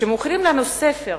כשמוכרים לנו ספר